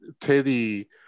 Teddy